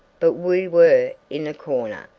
but we were in a corner,